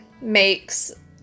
makes